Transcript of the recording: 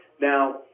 Now